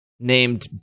Named